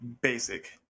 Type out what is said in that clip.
basic